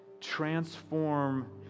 transform